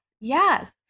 yes